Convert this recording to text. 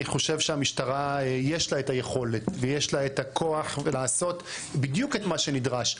אני חושב שלמשטרה יש את היכולת והכוח לעשות את מה שנדרש,